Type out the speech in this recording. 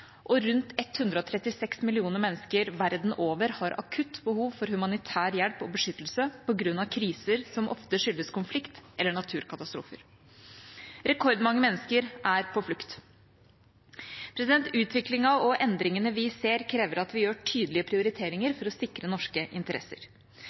og rundt 136 millioner mennesker verden over har akutt behov for humanitær hjelp og beskyttelse på grunn av kriser som ofte skyldes konflikt eller naturkatastrofe. Rekordmange mennesker er på flukt. Utviklingen og endringene vi ser, krever at vi gjør tydelige prioriteringer